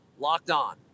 LOCKEDON